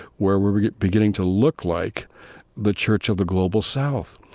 where we're beginning to look like the church of the global south.